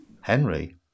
Henry